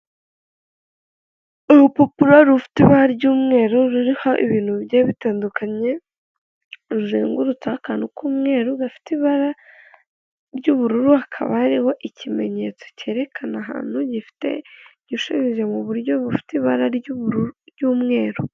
Urupapuro rufite ibara ry'umweru ruriho ibintu bigiye bitandukanye ruzengururutse akantu k'umweru gafite ibara ry'ubururu hakaba hariho ikimenyetso cyerekana ahantu gifite igishiri mu buryo bufite ibara ry'ubururu ry'umweru.